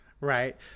right